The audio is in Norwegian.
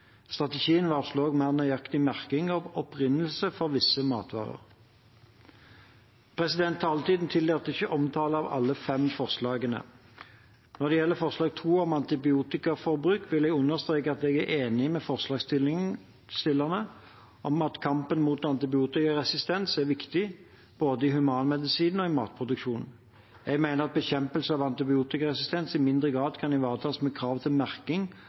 Strategien varsler også mer nøyaktig merking av opprinnelse for visse matvarer. Taletiden tillater ikke omtale av alle de fem forslagene. Når det gjelder forslag nr. 2 om antibiotikaforbruk, vil jeg understreke at jeg er enig med forslagsstillerne om at kampen mot antibiotikaresistens er viktig både i humanmedisinen og matproduksjonen. Jeg mener at bekjempelsen av antibiotikaresistens i mindre grad kan ivaretas med krav til merking